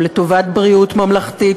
ולטובת בריאות ממלכתית,